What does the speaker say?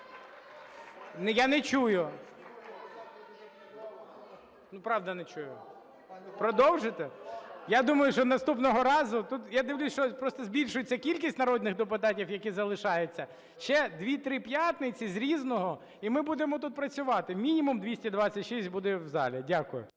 Я не чую. Правда, не чую. Продовжити? Я думаю, що наступного разу… Тут, я дивлюсь, що просто збільшується кількість народних депутатів, які залишаються. Ще 2-3 п'ятниці з "Різного" – і ми будемо тут працювати, мінімум 226 буде в залі. Дякую.